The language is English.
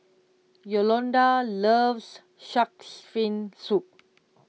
Yolonda loves Shark's Fin Soup